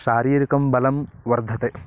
शारीरिकं बलं वर्धते